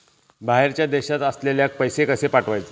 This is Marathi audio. बाहेरच्या देशात असलेल्याक पैसे कसे पाठवचे?